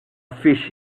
fish